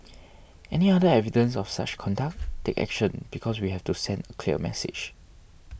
any other evidence of such conduct take action because we have to send a clear message